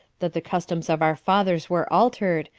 that the customs of our fathers were altered,